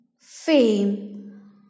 fame